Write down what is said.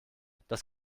dass